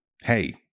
hey